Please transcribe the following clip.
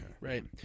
Right